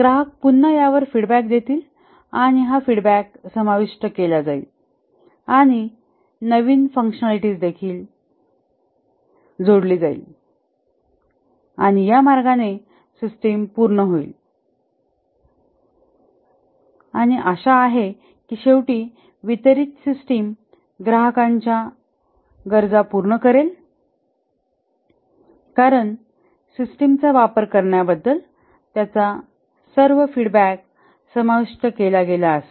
ग्राहक पुन्हा यावर फीडबॅक देईल आणि फीडबॅक समाविष्ट केला जाईल आणि नवीन फँकशनलिटीज देखील जोडली जाईल आणि या मार्गाने सिस्टम पूर्ण होईल आणि आशा आहे की शेवटी वितरित सिस्टीम ग्राहकांच्या गरजा पूर्ण करेल कारण सिस्टमचा वापर करण्याबद्दल त्याचा सर्व फीडबॅक समाविष्ट केला गेला आहे